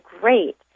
great